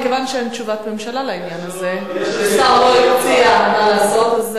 מכיוון שאין תשובת ממשלה לעניין הזה ושר לא הציע מה לעשות,